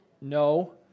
no